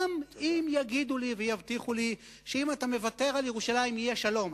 גם אם יגידו לי ויבטיחו: אם אתה מוותר על ירושלים יהיה שלום,